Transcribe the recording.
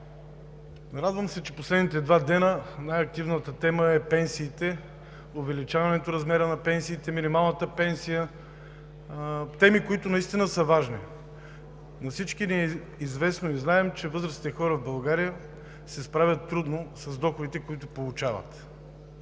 Радвам се, че в последните два дни най-активната тема са пенсиите – увеличаването размера на пенсиите, минималната пенсия – теми, които наистина са важни. На всички ни е известно и знаем, че възрастните хора в България се справят трудно с доходите, които получават.